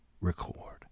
record